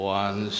one